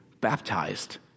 baptized